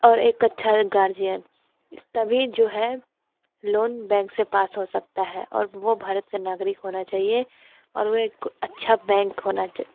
और एक अच्छा सा गार्जियन तभी जो है लोन बैंक से पास हो सकता है और वह भारत का नागरिक होना चाहिए और वह एक अच्छा बैंक होना च